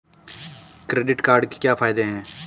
Credit card के क्या फायदे हैं?